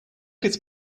his